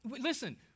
Listen